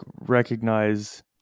recognize